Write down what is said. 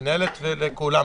למנהלת ולכולם.